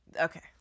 Okay